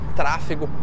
tráfego